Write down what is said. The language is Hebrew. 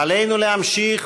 עלינו להמשיך